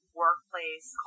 workplace